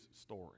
story